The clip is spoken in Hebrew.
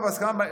מה בהסכמה?